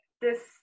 this-